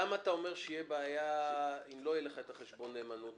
למה אתה אומר שתהיה בעיה אם לא יהיה לך את חשבון הנאמנות.